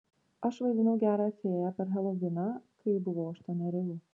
aš vaidinau gerąją fėją per heloviną kai buvau aštuonerių